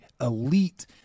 elite